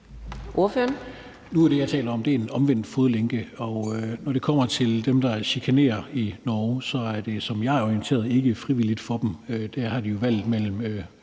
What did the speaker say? (LA): Nu er det, jeg taler om, en omvendt fodlænke, og når det kommer til dem i Norge, der chikanerer, så er det, så vidt jeg er orienteret, ikke frivilligt for dem. Der har de reelt set valget mellem